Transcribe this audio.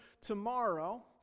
tomorrow